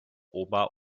ober